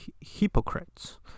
Hypocrites